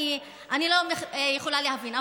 אני לא יכולה להבין.